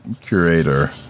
curator